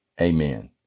Amen